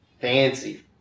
fancy